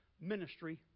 ministry